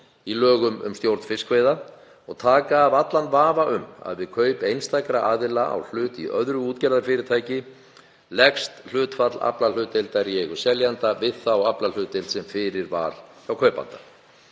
í lögum um stjórn fiskveiða og taka af allan vafa um að við kaup einstakra aðila á hlut í öðru útgerðarfyrirtæki leggst hlutfall aflahlutdeildar í eigu seljanda við þá aflahlutdeild sem fyrir er hjá kaupanda.